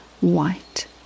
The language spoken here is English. white